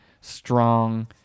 strong